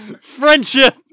friendship